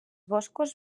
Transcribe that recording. boscos